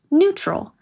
neutral